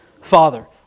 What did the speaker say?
father